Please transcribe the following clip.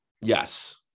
Yes